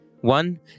One